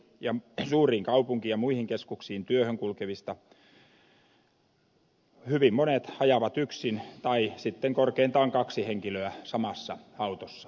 nykyisellään suuriin kaupunki ja muihin keskuksiin työhön kulkevista hyvin monet ajavat yksin tai sitten korkeintaan kaksi henkilöä samassa autossa